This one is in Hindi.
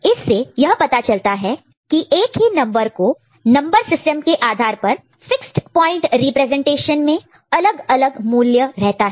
इससे यह पता चलता है कि एक ही नंबर को नंबर सिस्टम के आधार पर फिक्स्ड प्वाइंट रिप्रेजेंटेशन में अलग अलग मूल्य रहता है